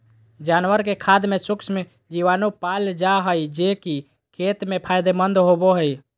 जानवर के खाद में सूक्ष्म जीवाणु पाल जा हइ, जे कि खेत ले फायदेमंद होबो हइ